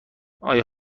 آیا